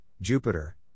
Jupiter